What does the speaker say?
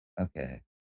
Okay